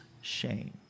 shame